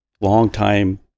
longtime